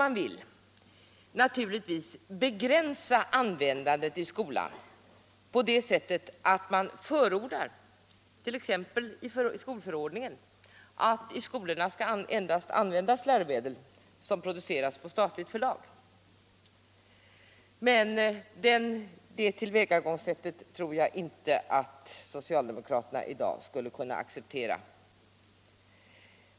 Man kan naturligtvis, om man så vill, begränsa användandet av läromedel i skolan på det sättet att man förordar, t.ex. i skolförordningen, att i skolorna endast skall användas sådana läromedel som producerats på statligt förlag. Det tillvägagångssättet tror jag emellertid inte att socialdemokraterna I dag skulle kunna acceptera.